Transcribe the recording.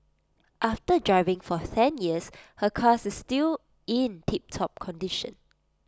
after driving for ten years her car is still in tiptop condition